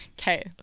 okay